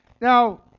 Now